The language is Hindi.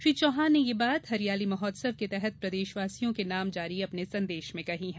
श्री चौहान ने यह बात हरियाली महोत्सव के तहत प्रदेशवासियों के नाम जारी अपने संदेश में कही हैं